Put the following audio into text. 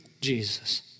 Jesus